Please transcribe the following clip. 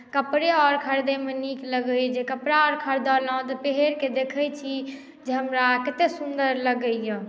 कपड़े आओर खरीदयमे नीक लगैए जे कपड़ा आओर खरीदलहुँ तऽ पहिरके देखैत छी जे हमरा कतेक सुन्दर लगैए